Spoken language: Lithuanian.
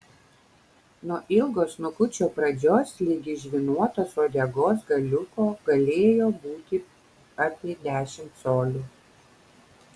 nuo ilgo snukučio pradžios ligi žvynuotos uodegos galiuko galėjo būti apie dešimt colių